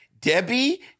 Debbie